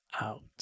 out